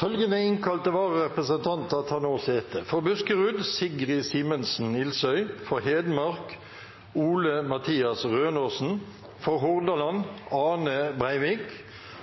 Følgende innkalte vararepresentanter tar nå sete: For Buskerud: Sigrid Simensen Ilsøy For Hedmark: Ole Mathias Rønaasen For Hordaland: Ane Breivik